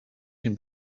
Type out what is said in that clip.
can